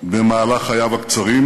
במהלך חייו הקצרים,